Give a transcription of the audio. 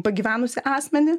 pagyvenusį asmenį